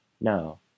No